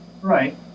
Right